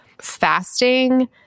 fasting